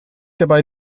dabei